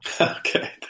okay